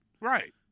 Right